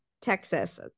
Texas